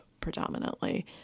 predominantly